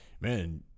man